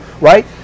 right